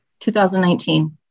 2019